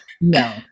No